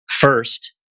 first